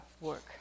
work